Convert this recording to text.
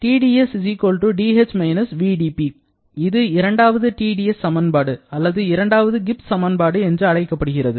TdS dh - vdP இது இரண்டாவது TdS சமன்பாடு அல்லது இரண்டாவது கிப்ஸ் சமன்பாடு என்று அழைக்கப்படுகிறது